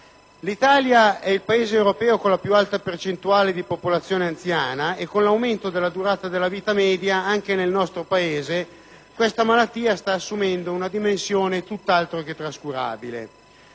L'Italia è il Paese europeo con la più alta percentuale di popolazione anziana e, con l'aumento della durata della vita media, anche nel nostro Paese questa malattia sta assumendo una dimensione tutt'altro che trascurabile.